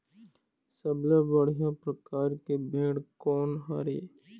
सबले बढ़िया परकार के भेड़ कोन हर ये?